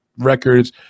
records